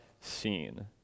seen